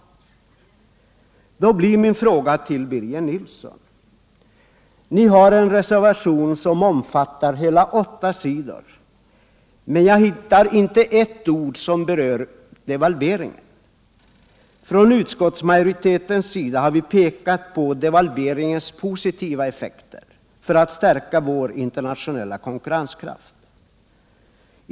Då blir min fråga till Birger Nilsson: Hur kan det komma sig att det i denna reservation, som omfattar hela åtta sidor, inte finns ett ord som berör devalveringen? Från utskottsmajoritetens sida har vi pekat på devalveringen, vi har pekat på dess effekt när det gäller att stärka vår internationella konkurrenskraft.